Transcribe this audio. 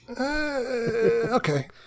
okay